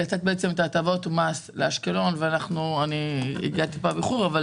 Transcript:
לתת הטבות מס לאשקלון, ומן